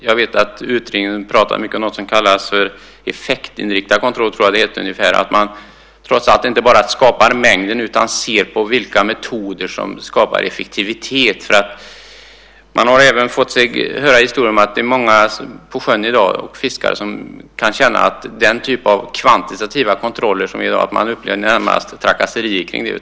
Jag vet att utredningen pratar om effektinriktad kontroll, att man inte bara skapar mängder utan också ser på vilka metoder som skapar effektivitet. Man har även hört att många fiskare i dag menar att den typ av kvantitativa kontroller som nu finns närmast upplevs som trakasserier.